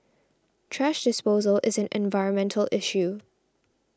thrash disposal is an environmental issue